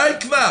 די כבר.